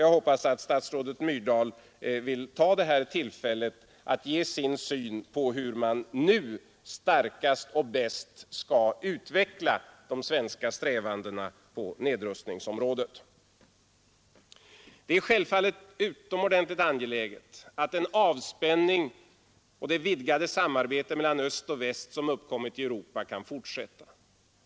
Jag hoppas att statsrådet Myrdal vill ta det här tillfället att ge sin syn på hur man nu starkast och bäst skall utveckla de svenska strävandena på nedrustningsområdet. Det är självfallet utomordentligt angeläget att den avspänning och det vidgade samarbete mellan öst och väst som uppkommit i Europa kan fortsätta.